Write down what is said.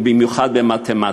ובמיוחד במתמטיקה.